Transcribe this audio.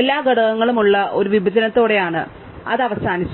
എല്ലാ ഘടകങ്ങളും ഉള്ള ഒരു വിഭജനത്തോടെയാണ് അത് അവസാനിച്ചു